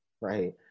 right